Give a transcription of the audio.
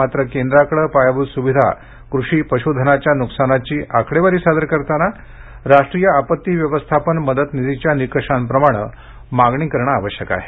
मात्र केंद्राकडे पायाभूत सुविधा कृषी पशुधनाच्या नुकसानाची आकडेवारी सादर करताना राष्ट्रीय आपत्ती व्यवस्थापन मदत निधीच्या निकषाप्रमाणे मागणी करणे आवश्यक आहे